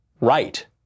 Right